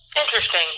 Interesting